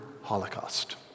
holocaust